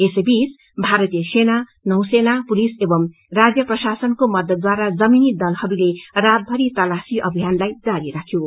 यसैबीच भरतीय सेना नौसेना पुलिस एंव राज्य प्रशासनको मददद्वारा जमीनी दलहरूले रातभरि तलाशी अभियानलाई जारी राख्यो